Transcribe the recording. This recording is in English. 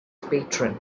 patron